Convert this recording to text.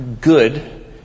Good